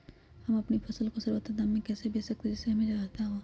हम अपनी फसल को सर्वोत्तम दाम में कैसे बेच सकते हैं जिससे हमें फायदा हो?